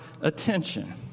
attention